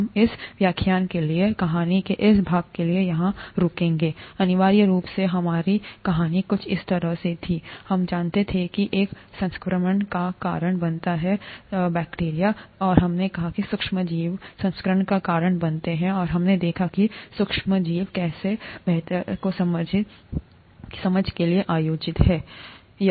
हम इस व्याख्यान के लिए कहानी के इस भाग के लिए यहां रुकेंगे अनिवार्य रूप से हमारी कहानी कुछ इस तरह से थी हम जानना चाहते थे क्या संक्रमण का कारण बनता है और हमने कहा कि सूक्ष्मजीव संक्रमण का कारण बनते हैं और हमने देखा कि सूक्ष्म जीव कैसे हैं बेहतर समझ के लिए आयोजित